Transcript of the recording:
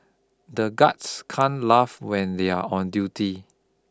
the guards can laugh when they are on duty